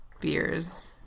beers